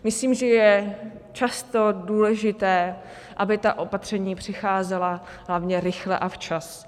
Myslím, že je často důležité, aby ta opatření přicházela hlavně rychle a včas.